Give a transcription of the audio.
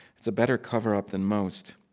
it's a better cover up than most.